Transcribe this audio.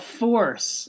force